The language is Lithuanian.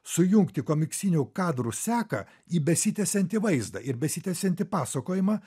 sujungti komiksinių kadrų seką į besitęsiantį vaizdą ir besitęsiantį pasakojimą